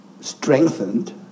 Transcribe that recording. strengthened